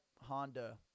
Honda